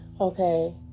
okay